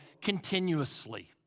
continuously